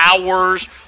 hours